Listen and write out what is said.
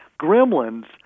gremlins